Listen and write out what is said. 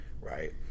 right